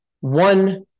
one